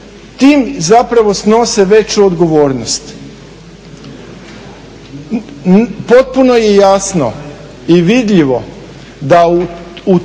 tim zapravo snose veću odgovornost. Potpuno je jasno i vidljivo da u